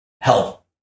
help